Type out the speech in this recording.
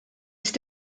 ist